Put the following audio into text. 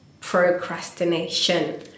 procrastination